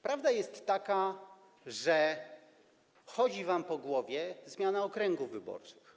Prawda jest taka, że chodzi wam po głowie myśl o zmianie okręgów wyborczych.